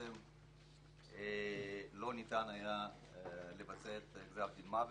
ובעצם לא ניתן היה לבצע את גזר הדין מוות,